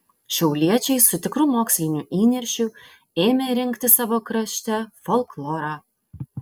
šiauliečiai su tikru moksliniu įniršiu ėmė rinkti savo krašte folklorą